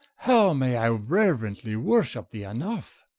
how may i reuerently worship thee enough?